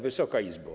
Wysoka Izbo!